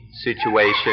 situation